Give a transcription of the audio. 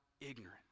ignorant